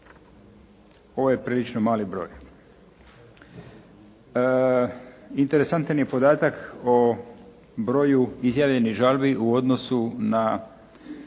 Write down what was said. Ovo je prilično mali broj. Interesantan je podatak o broju izjavljenih žalbi u odnosu na